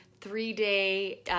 three-day